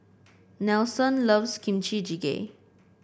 Nelson loves Kimchi Jjigae